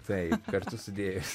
taip kartu sudėjus